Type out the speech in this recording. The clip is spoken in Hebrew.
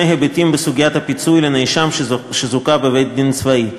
היבטים בסוגיית הפיצוי לנאשם שזוכה בבית-דין צבאי.